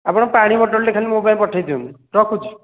ଆପଣ ପାଣି ବଟଲ୍ଟେ ଖାଲି ମୋ ପାଇଁ ପଠେଇଦିଅନ୍ତୁ ରଖୁଛି